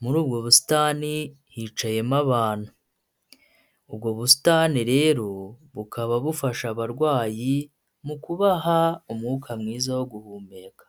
muri ubwo busitani hicayemo abantu, ubwo busitani rero bukaba bufasha abarwayi mu kubaha umwuka mwiza wo guhumeka.